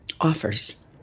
offers